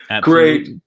Great